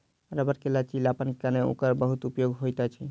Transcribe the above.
रबड़ के लचीलापनक कारणेँ ओकर बहुत उपयोग होइत अछि